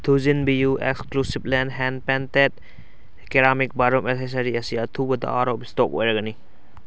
ꯊꯨꯖꯤꯟꯕꯤꯌꯨ ꯑꯦꯛꯁꯀ꯭ꯂꯨꯁꯤꯞꯂꯦꯟ hand painted ceramic bathroom accessory ꯑꯁꯤ ꯑꯊꯨꯕꯗ ꯑꯥꯎꯠ ꯑꯣꯐ ꯏꯁꯇꯣꯛ ꯑꯣꯏꯔꯒꯅꯤ